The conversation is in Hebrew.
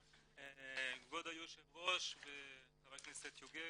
כבוד היושב ראש, חבר הכנסת יוגב,